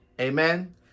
Amen